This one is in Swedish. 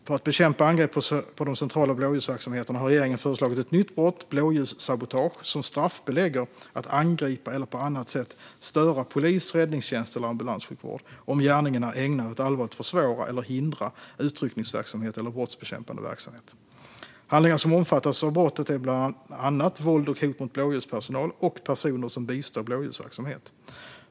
För att bekämpa angrepp på de centrala blåljusverksamheterna har regeringen föreslagit ett nytt brott, blåljussabotage, som straffbelägger att angripa eller på annat sätt störa polis, räddningstjänst eller ambulanssjukvård om gärningen är ägnad att allvarligt försvåra eller hindra utryckningsverksamhet eller brottsbekämpande verksamhet. Handlingar som omfattas av brottet är bland annat våld och hot mot blåljuspersonal och personer som bistår blåljusverksamhet.